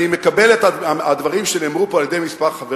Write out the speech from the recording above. אני מקבל את הדברים שנאמרו פה על-ידי כמה חברים,